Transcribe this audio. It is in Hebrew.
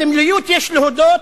הסמליות, יש להודות,